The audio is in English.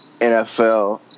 NFL